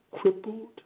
crippled